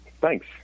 Thanks